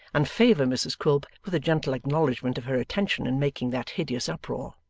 and favour mrs quilp with a gentle acknowledgment of her attention in making that hideous uproar.